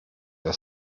der